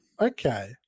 okay